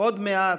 "עוד מעט,